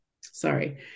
Sorry